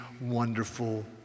wonderful